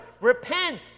repent